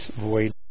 void